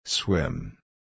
Swim